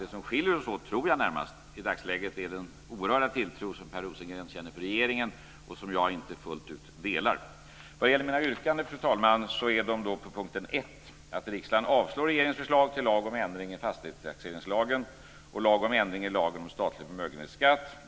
Det som närmast skiljer oss åt i dagsläget tror jag är den oerhörda tilltro som Per Rosengren känner för regeringen och som jag inte fullt ut delar. Så till mina yrkanden, fru talman.